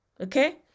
Okay